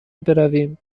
برویم